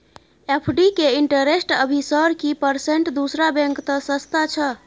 FD के interest अभी sir की परसेंट दूसरा बैंक त सस्ता छः?